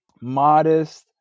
modest